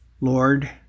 Lord